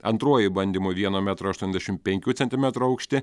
antruoju bandymu vieno metro aštuoniasdešimt penkių centimetrų aukštį